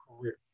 career